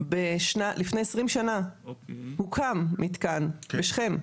לפני עשרים שנה הוקם מתקן בשכם.